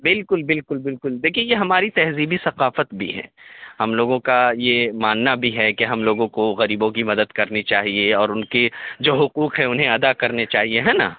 بالکل بالکل بالکل دیکھیے یہ ہماری تہذیبی ثقافت بھی ہے ہم لوگوں کا یہ ماننا بھی ہے کہ ہم لوگوں کو غریبوں کی مدد کرنی چاہیے اور ان کے جو حقوق ہے انہیں ادا کرنے چاہیے ہے نا